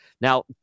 Now